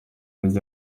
rye